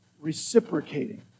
reciprocating